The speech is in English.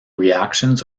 reactions